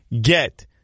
get